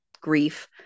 grief